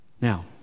Now